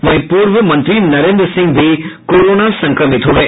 वहीं पूर्व मंत्री नरेन्द्र सिंह भी कोरोना संक्रमित हो गये